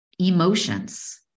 Emotions